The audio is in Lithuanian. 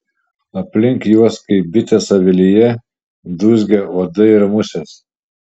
aplink juos kaip bitės avilyje dūzgia uodai ir musės